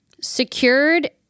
secured